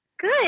Good